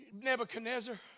Nebuchadnezzar